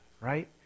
right